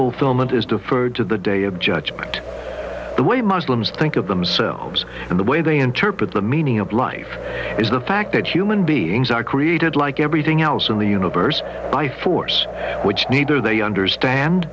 deferred to the day of judgment the way muslims think of themselves and the way they interpret the meaning of life is the fact that human beings are created like everything else in the universe by force which neither they understand